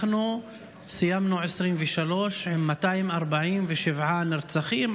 אנחנו סיימנו את 2023 עם 247 נרצחים,